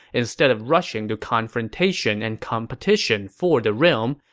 instead of rushing to confrontation and competition for the realm,